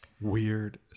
weird